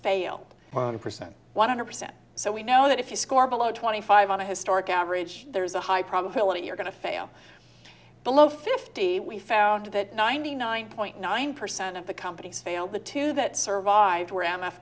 failed one percent one hundred percent so we know that if you score below twenty five on a historic average there's a high probability you're going to fail below fifty we found that ninety nine point nine percent of the companies failed the two that survived were m